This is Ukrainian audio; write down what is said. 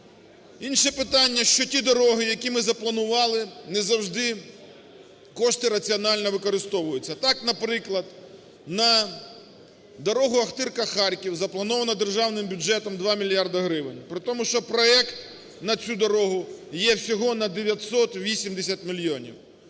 Інше питання, що ті дороги, які ми запланували, не завжди кошти раціонального використовуються. Так, наприклад, на дорогу Охтирка-Харків заплановано державним бюджетом 2 мільярди гривень. При тому, що проект на цю дорогу є всього на 980 мільйонів.